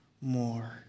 more